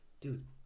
dude